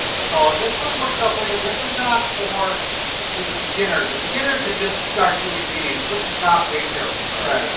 so this one works up real good, this is not for the beginner. the beginner can just start doing these, which is not weight-bearing, brad.